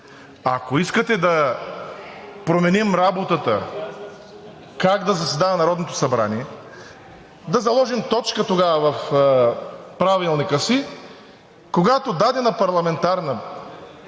Ако искате да променим работата как да заседава Народното събрание, да заложим точка в Правилника си, когато дадена парламентарно